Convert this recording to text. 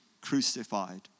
crucified